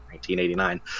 1989